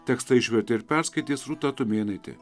tekstą išvertė ir perskaitys rūta tumėnaitė